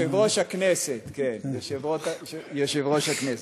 יושב-ראש הכנסת, כן, יושב-ראש הכנסת.